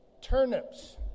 turnips